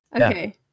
Okay